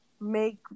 make